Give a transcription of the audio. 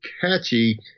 catchy